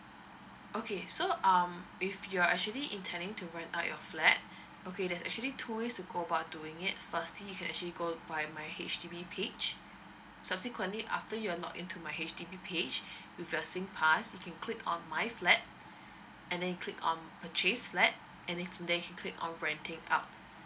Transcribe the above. okay so um if you're actually intending torent out your flat okay there's actually two ways to go about doing it firstly you can actually go by my H_D_B page subsequently after you're log into my H_D_B page with your singpass you can click on my flat and then you click on purchase flat and in there then you can click on renting out